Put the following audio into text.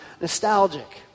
nostalgic